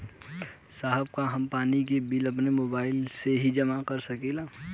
साहब का हम पानी के बिल अपने मोबाइल से ही जमा कर सकेला?